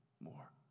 more